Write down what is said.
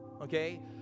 okay